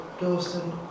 Dawson